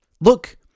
look